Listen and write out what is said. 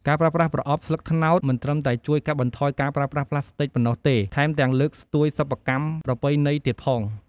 ការប្រើប្រាស់ប្រអប់ស្លឹកត្នោត មិនត្រឹមតែជួយកាត់បន្ថយការប្រើប្រាស់ប្លាស្ទិកប៉ុណ្ណោះទេ ថែមទាំងលើកស្ទួយសិប្បកម្មប្រពៃណីទៀតផង។